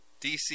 DC